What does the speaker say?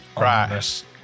Right